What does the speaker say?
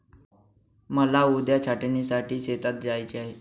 मला उद्या छाटणीसाठी शेतात जायचे आहे